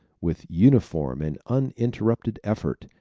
with uniform and uninterrupted effort,